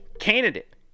candidate